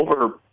Over